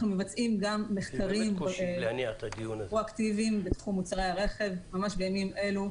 אנחנו מבצעים גם מחקרים פרו אקטיביים בתחום מוצרי הרכב ממש בימים אלה.